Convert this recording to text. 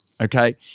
Okay